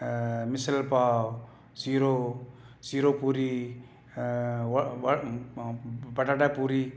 अ मिसल पाव सिरो सिरो पूरी अ बटाटा पूरी